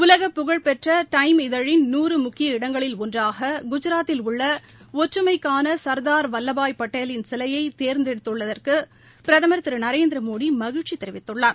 உலகப் புகழ்பெற்ற டைம் இதழின் நூறு முக்கிய இடங்களில் ஒன்றாக குஜராத்தில் உள்ள ஒற்றுமைக்கான சர்தார் வல்வாய் படேலின் சிலையை தேர்ந்தெடுத்துள்ளதற்கு பிரதமர் திரு நரேந்திர மோடி மகிழ்ச்சி தெரிவித்துள்ளார்